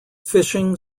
fishing